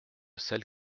celle